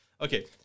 Okay